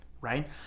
right